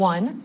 One